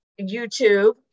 YouTube